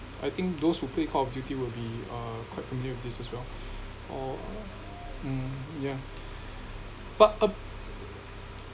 I think those who play call of duty will be uh quite familiar with this as well or uh mm yeah but a